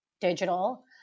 digital